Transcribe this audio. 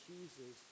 Jesus